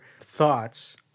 thoughts